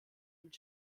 und